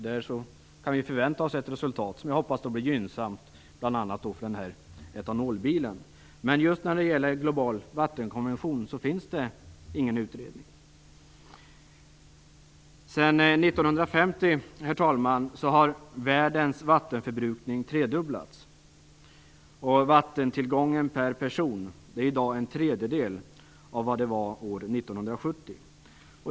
Därför kan vi förvänta oss ett resultat som förhoppningsvis blir gynnsamt, bl.a. när det gäller etanolbilen. Men när det gäller just en global vattenkonvention finns det ingen utredning. Herr talman! Sedan 1950 har vattenförbrukningen i världen trefaldigats. Vattentillgången per person är i dag en tredjedel av vad den var 1970.